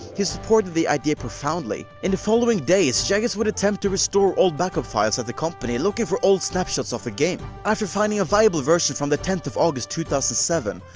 he supported the idea profoundly. in the following days, jagex would attempt to restore old backup files at the company, looking for old snapshots of the game. after finding a viable version from the tenth of august two thousand and seven,